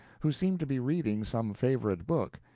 who seemed to be reading some favorite book,